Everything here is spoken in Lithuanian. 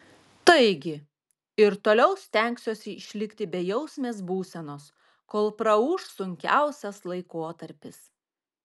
taigi ir toliau stengsiuosi išlikti bejausmės būsenos kol praūš sunkiausias laikotarpis